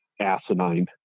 asinine